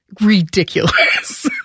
Ridiculous